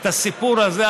את הסיפור הזה,